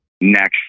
next